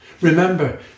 Remember